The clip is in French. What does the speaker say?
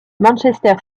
manchester